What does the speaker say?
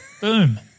boom